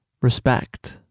respect